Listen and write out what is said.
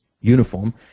uniform